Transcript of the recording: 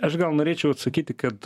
aš gal norėčiau atsakyti kad